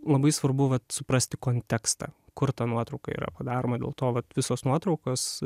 labai svarbu vat suprasti kontekstą kur ta nuotrauka yra padaroma dėl to vat visos nuotraukos